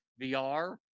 VR